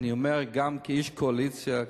אני אומר גם כאיש קואליציה,